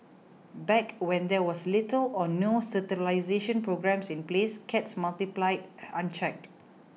back when there was little or no sterilisation programme in place cats multiplied unchecked